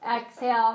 Exhale